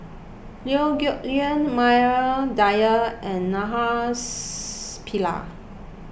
Liew Geok Leong Maria Dyer and Naraina Pillai